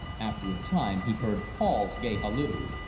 after a time he heard paul's gay halloo.